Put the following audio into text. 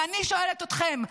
ואני שואלת אתכם: